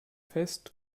fest